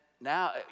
now